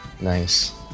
Nice